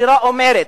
השירה אומרת: